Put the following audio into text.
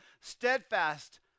steadfast